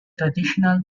traditional